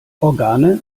organe